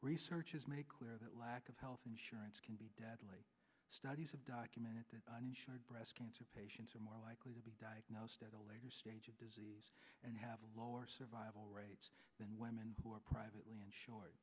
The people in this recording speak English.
researches make clear that lack of health insurance can be deadly studies have documented the uninsured breast cancer patients are more likely to be diagnosed at a later stage of disease and have lower survival rates than women who are privately insure